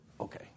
okay